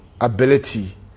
ability